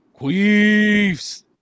Queefs